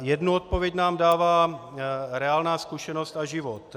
Jednu odpověď nám dává reálná zkušenost a život.